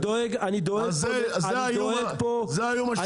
אני דואג פה --- זה האיום השני.